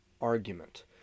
argument